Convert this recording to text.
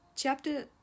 CHAPTER